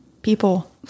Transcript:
People